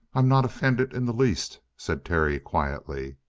i'm not offended in the least, said terry quietly.